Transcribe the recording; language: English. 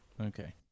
Okay